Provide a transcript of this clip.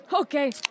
Okay